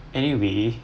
anyway